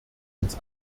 uns